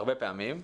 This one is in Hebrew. הרבה פעמים,